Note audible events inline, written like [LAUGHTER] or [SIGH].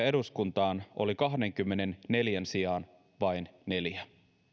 [UNINTELLIGIBLE] eduskuntaan ponnahtavia oli kahdenkymmenenneljän sijaan vain neljä